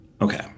Okay